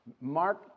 Mark